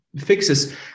fixes